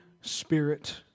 Spirit